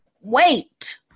wait